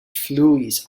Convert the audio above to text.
fluis